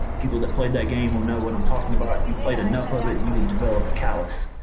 people that played that game will no what i'm talking about. if you played enough of it you would develop a callous.